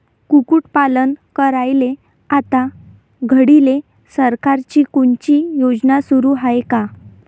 कुक्कुटपालन करायले आता घडीले सरकारची कोनची योजना सुरू हाये का?